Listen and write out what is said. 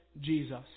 Jesus